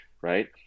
right